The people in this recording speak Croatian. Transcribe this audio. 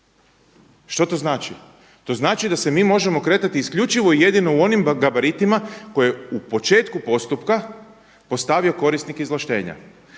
Što to znači? To znači da se mi možemo kretati isključivo i jedino u onim gabaritima koje u početku postupka postavio korisnik izvlaštenja.